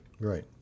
Right